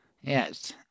Yes